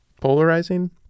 polarizing